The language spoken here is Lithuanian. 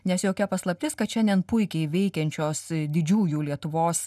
nes jokia paslaptis kad šiandien puikiai veikiančios didžiųjų lietuvos